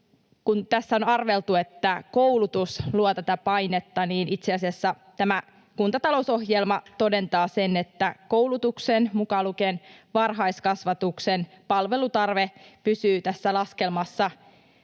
Kun tässä on arveltu, että koulutus luo tätä painetta, niin itse asiassa tämä kuntatalousohjelma todentaa sen, että koulutuksen, mukaan lukien varhaiskasvatuksen, palvelutarve pysyy tässä laskelmassa